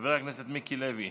חבר הכנסת מיקי לוי